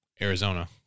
Arizona